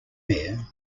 mayor